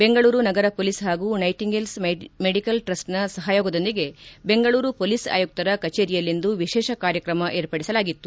ಬೆಂಗಳೂರು ನಗರ ಪೊಲೀಸ್ ಹಾಗೂ Nightingales medical ಟ್ರಸ್ಟ್ನ ಸಹಯೋಗದೊಂದಿಗೆ ಬೆಂಗಳೂರು ಪೊಲೀಸ್ ಆಯುಕ್ತರ ಕಚೇರಿಯಲ್ಲಿಂದು ವಿಶೇಷ ಕಾರ್ಯಕ್ರಮ ವಿರ್ಪಡಿಸಲಾಗಿತ್ತು